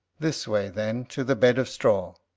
this way, then, to the bed of straw.